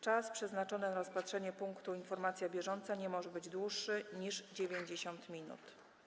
Czas przeznaczony na rozpatrzenie punktu: Informacja bieżąca nie może być dłuższy niż 90 minut.